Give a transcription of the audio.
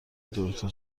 دوتا